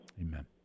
amen